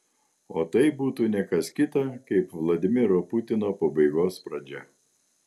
o tai būtų ne kas kita kaip vladimiro putino pabaigos pradžia